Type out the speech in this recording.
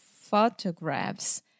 photographs